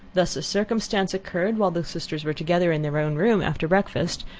thus a circumstance occurred, while the sisters were together in their own room after breakfast,